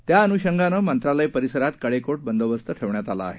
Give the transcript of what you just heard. त्या अनुषंगानं मंत्रालय परिसरात कडेकोट बंदोबस्त ठेवण्यात आला आहे